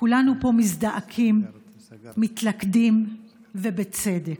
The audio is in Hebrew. כולנו פה מזדעקים, מתלכדים, ובצדק.